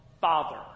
Father